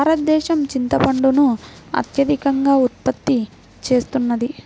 భారతదేశం చింతపండును అత్యధికంగా ఉత్పత్తి చేస్తున్నది